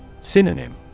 Synonym